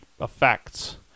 effects